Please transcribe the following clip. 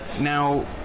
Now